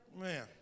Man